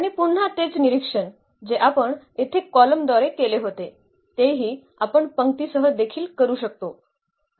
आणि पुन्हा तेच निरिक्षण जे आपण येथे कॉलम द्वारे केले होते तेही आपण पंक्ती सह देखील करू शकतो